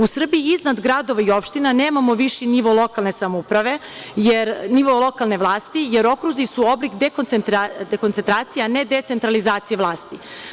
U Srbiji iznad gradova i opština nemamo viši nivo lokalne vlasti, jer okruzi su oblik dekocentracije, a ne decentralizacije vlasti.